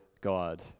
God